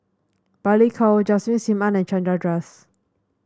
Balli Kaur Jaswal Sim Ann and Chandra Das